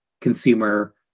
consumer